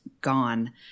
gone